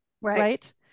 Right